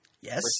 Yes